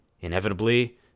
Inevitably